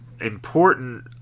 important